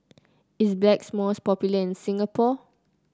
is Blackmores popular in Singapore